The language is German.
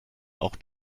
auch